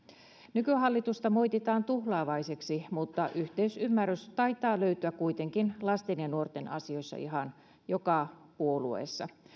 nykyhallitusta moititaan tuhlaavaiseksi mutta yhteisymmärrys taitaa löytyä kuitenkin lasten ja nuorten asioissa ihan joka puolueessa